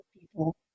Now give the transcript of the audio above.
people